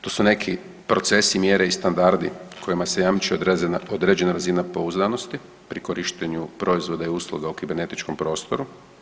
To su neki procesi, mjere i standardi kojima se jamči određena razina pouzdanosti pri korištenju proizvoda i usluga u kibernetičkom prostoru.